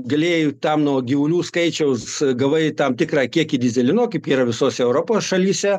galėjai tam nuo gyvulių skaičiaus gavai tam tikrą kiekį dyzelino kaip yra visose europos šalyse